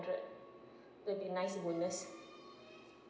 it will be nice bonus